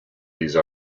these